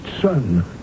son